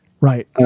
Right